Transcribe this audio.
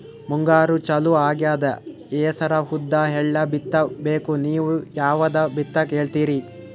ಮುಂಗಾರು ಚಾಲು ಆಗ್ತದ ಹೆಸರ, ಉದ್ದ, ಎಳ್ಳ ಬಿತ್ತ ಬೇಕು ನೀವು ಯಾವದ ಬಿತ್ತಕ್ ಹೇಳತ್ತೀರಿ?